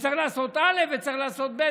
וצריך לעשות א', וצריך לעשות ב'.